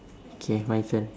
okay my turn